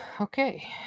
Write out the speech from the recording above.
Okay